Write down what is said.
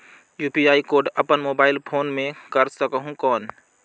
UPI code अपन mobile phone मे कर सकहुं कौन?